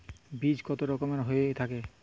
বীজ কত রকমের হয়ে থাকে?